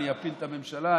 אני אפיל את הממשלה,